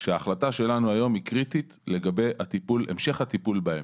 ההחלטה שלנו היום היא קריטית לגבי המשך הטיפול בהם.